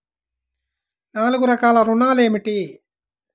నాలుగు రకాల ఋణాలు ఏమిటీ?